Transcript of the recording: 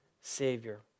Savior